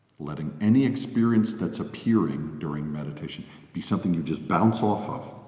letting any experience that's appearing during meditation be something you just bounce off of,